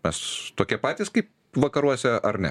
mes tokie patys kaip vakaruose ar ne